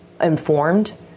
informed